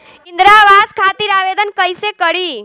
इंद्रा आवास खातिर आवेदन कइसे करि?